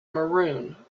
maroon